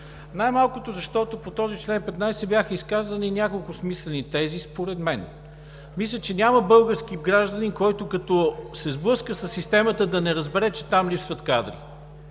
Най-малкото, защото по чл. 15 бяха изказани няколко смислени тези според мен. Мисля, че няма български гражданин, който като се сблъска със системата, да не разбере, че там липсват кадри.